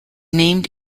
named